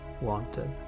wanted